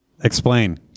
Explain